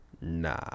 Nah